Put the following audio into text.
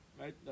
right